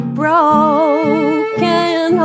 broken